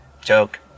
joke